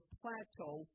plateau